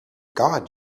god